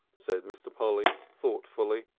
said mr. polly, thoughtfully.